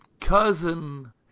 cousin